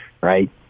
right